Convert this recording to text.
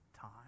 time